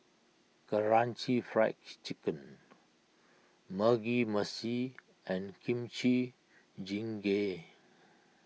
Karaage Fried Chicken Mugi Meshi and Kimchi Jjigae